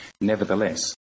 Nevertheless